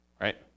Right